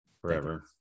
forever